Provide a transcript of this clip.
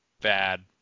bad